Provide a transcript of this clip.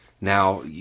Now